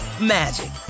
magic